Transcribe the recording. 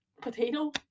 potato